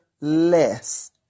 less